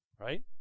Right